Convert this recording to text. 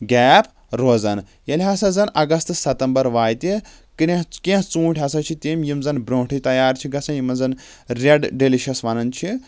gap روزان ییٚلہِ ہسا زن اَگست ستمبر واتہِ کرینٛہہ کیٚنٛہہ ژوٗنٛٹھ ہسا چھِ تِم یِم زَن برٛونٛٹھٕے تَیار چھِ گژھان یِمن زَن ریڈ ڈیلِشس وَنان چھِ